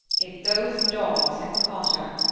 if those dogs have caught her,